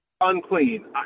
unclean